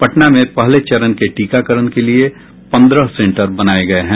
पटना में पहले चरण के टीकाकरण के लिये पंद्रह सेंटर बनाये गये हैं